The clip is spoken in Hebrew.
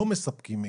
לא מספקים מידע.